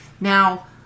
Now